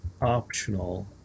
optional